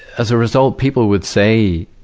as a result, people would say,